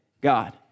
God